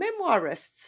memoirists